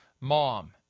mom